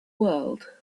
world